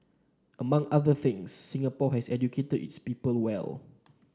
among other things Singapore has educated its people well